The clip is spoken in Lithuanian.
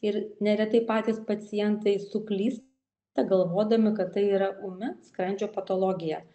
ir neretai patys pacientai suklysta galvodami kad tai yra ūmi skrandžio patologija